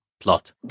plot